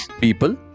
people